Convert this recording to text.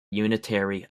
unitary